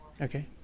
Okay